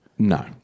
No